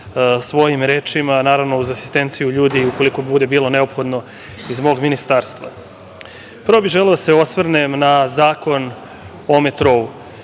svojim rečima, naravno, uz asistenciju ljudi, ukoliko bude bilo neophodno iz mog Ministarstva. Prvo bih želeo da se osvrnem na Zakon o metrou.